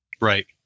Right